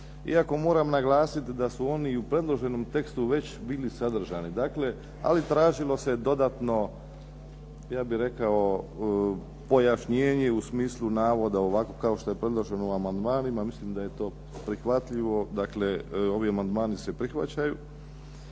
Iako moram naglasiti da su oni i u predloženom tekstu već bili sadržani dakle, ali tražilo se dodatno ja bih rekao pojašnjenje u smislu navoda, ovako kao što je predloženo u amandmanima, mislim da je to prihvatljivo. Dakle ovi amandmani se prihvaćaju